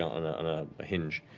on ah on ah a hinge.